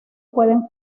pueden